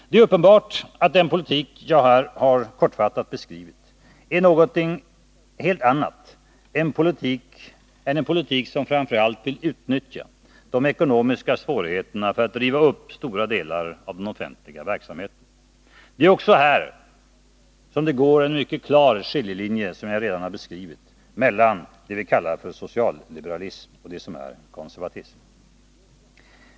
Det är uppenbart att den politik som jag här har kortfattat beskrivit är någonting helt annat än en politik som framför allt vill utnyttja de ekonomiska svårigheterna för att riva upp stora delar av den offentliga verksamheten. Det är också här som det går en mycket klar skiljelinje, som jag redan har beskrivit, mellan det vi kallar för socialliberalism och det som är konservatism.